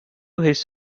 his